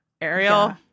Ariel